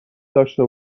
داشته